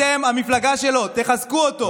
אתם המפלגה שלו, תחזקו אותו.